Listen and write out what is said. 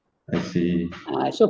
I see ah so